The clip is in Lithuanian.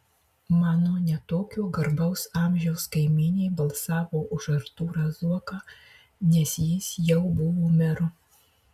mano ne tokio garbaus amžiaus kaimynė balsavo už artūrą zuoką nes jis jau buvo meru